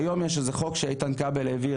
היום יש איזה חוק שאיתן כאבל העביר,